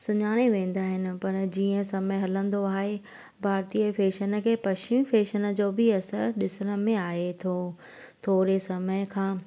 सुञाणे वेंदा आहिनि पाण जीअं समय हलंदो आहे भारतीय फैशन खे पश्चिम फैशन जो बि असर ॾिसण में आहे थो थोरे समय खां